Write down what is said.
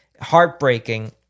heartbreaking